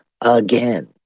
again